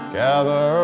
gather